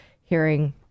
hearing